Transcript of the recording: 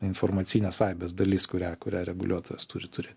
informacinės aibės dalis kurią kurią reguliuotojas turi turėt